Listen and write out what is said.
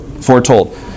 foretold